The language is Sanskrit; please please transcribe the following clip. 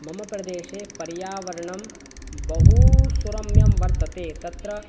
मम प्रदेशे पर्यावरणं बहुसुरम्यं वर्तते तत्र